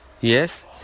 Yes